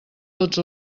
tots